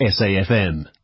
SAFM